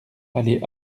allée